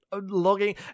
logging